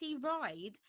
ride